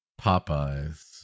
Popeyes